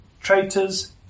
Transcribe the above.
traitors